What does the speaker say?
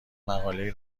مقالهای